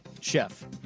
chef